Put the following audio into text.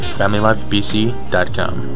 familylifebc.com